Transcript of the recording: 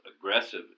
aggressive